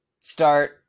start